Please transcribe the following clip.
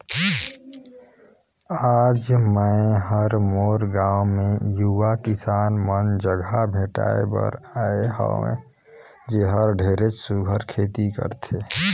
आज मैं हर मोर गांव मे यूवा किसान मन जघा भेंटाय बर आये हंव जेहर ढेरेच सुग्घर खेती करथे